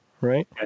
right